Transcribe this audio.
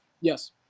Yes